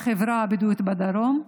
בחברה הבדואית בדרום,